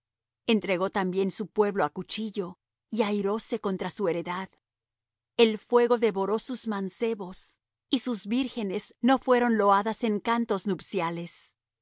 entregó también su pueblo á cuchillo y airóse contra su heredad el fuego devoró sus mancebos y sus vírgenes no fueron loadas en cantos nupciales